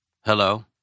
Hello